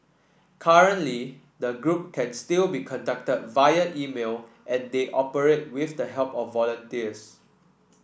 currently the group can still be contacted via email and they operate with the help of volunteers